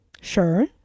Sure